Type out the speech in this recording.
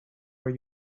are